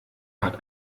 hat